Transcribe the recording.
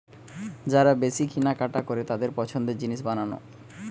যারা বেশি কিনা কাটা করে তাদের পছন্দের জিনিস বানানো